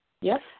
Yes